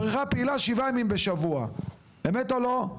הבריכה פעילה שבעה ימים בשבוע אמת או לא?